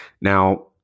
Now